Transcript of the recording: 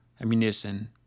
ammunition